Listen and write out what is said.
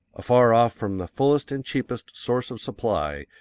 afar off from the fullest and cheapest source of supply,